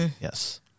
Yes